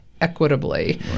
equitably